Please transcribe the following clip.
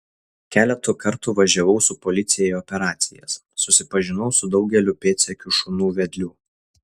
keletą kartų važiavau su policiją į operacijas susipažinau su daugeliu pėdsekių šunų vedlių